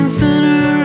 thinner